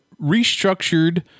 restructured